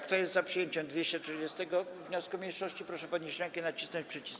Kto jest za przyjęciem 230. wniosku mniejszości, proszę podnieść rękę i nacisnąć przycisk.